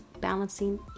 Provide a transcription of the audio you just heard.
balancing